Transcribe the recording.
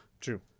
True